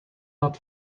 not